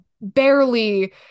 barely